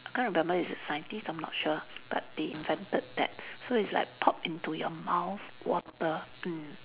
can't remember it's a scientist I'm not sure but they invented that so it's like pop into your mouth water mm